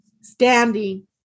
standing